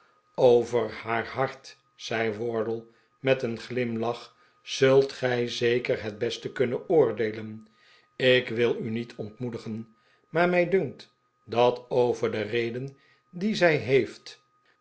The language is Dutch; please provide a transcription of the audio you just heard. over haar hart zei wardle met een glimlach zult gij zeker het beste kunnen oordeelen ik wil u niet ontmoedigen maar mij dunkt dat over de reden die zij heeft